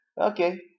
Okay